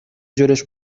جلوش